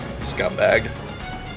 Scumbag